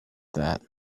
that